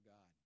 God